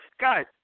guys